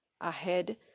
ahead